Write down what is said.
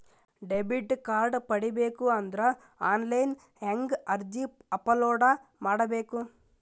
Debit card ಪಡಿಬೇಕು ಅಂದ್ರ online ಹೆಂಗ್ ಅರ್ಜಿ ಅಪಲೊಡ ಮಾಡಬೇಕು?